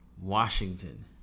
Washington